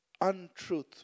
untruth